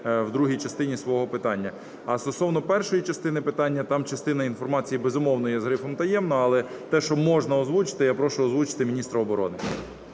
у другій частині свого питання. Стосовно першої частини питання, там частина інформації, безумовно, є з грифом "таємно", але те, що можна озвучити, я прошу озвучити міністра оборони.